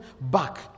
back